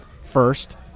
first